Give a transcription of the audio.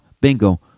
bingo